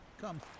Come